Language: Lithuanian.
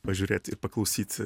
pažiūrėt ir paklausyt